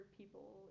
people